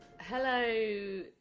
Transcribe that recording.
Hello